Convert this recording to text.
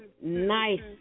nice